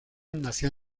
nació